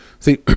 See